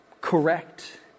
correct